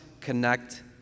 connect